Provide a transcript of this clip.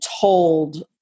told